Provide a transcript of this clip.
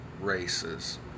races